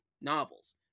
novels